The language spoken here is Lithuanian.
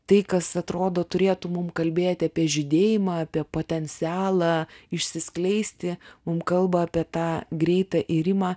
tai kas atrodo turėtų mum kalbėti apie žydėjimą apie potencialą išsiskleisti mum kalba apie tą greitą irimą